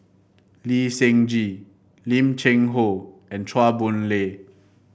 Lee Seng Gee Lim Cheng Hoe and Chua Boon Lay